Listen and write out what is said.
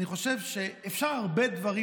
אני חושב שאפשר לומר הרבה דברים,